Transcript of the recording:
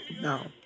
No